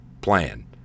plan